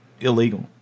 illegal